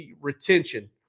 retention